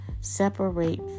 separate